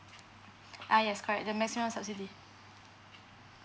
ah yes correct the maximum subsidy